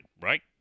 right